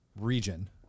region